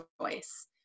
choice